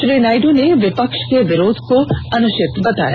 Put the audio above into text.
श्री नायडु ने विपक्ष के विरोध को अनुचित बताया